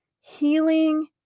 healing